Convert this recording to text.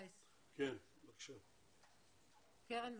היות שאנחנו מתמקדים פה בחיילים בודדים,